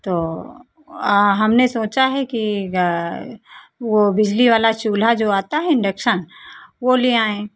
तो हमने सोचा है कि वो बिजली वाला चूल्हा जो आता है इन्डक्शन वो ले आएं